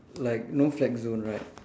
like no flex zone right